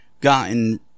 gotten